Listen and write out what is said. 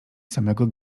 samego